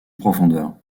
profondeur